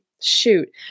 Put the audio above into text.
Shoot